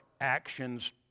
actions